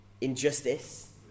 Injustice